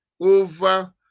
over